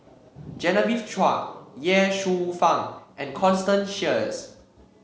Genevieve Chua Ye Shufang and Constance Sheares